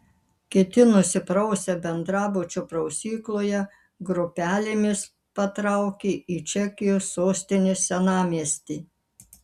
kiti nusiprausę bendrabučio prausykloje grupelėmis patraukė į čekijos sostinės senamiestį